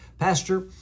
Pastor